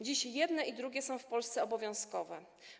Dziś jedne i drugie są w Polsce obowiązkowe.